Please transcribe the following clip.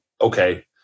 okay